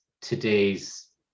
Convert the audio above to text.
today's